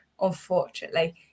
unfortunately